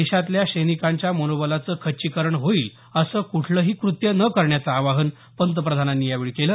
देशातच्या सैनिकांच्या मनोबलाचं खच्चीकरण होईल असं कुठलंही कृत्य न करण्याचं आवाहन पंतप्रधानांनी यावेळी केलं